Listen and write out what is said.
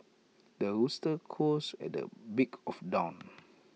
the rooster crows at the break of dawn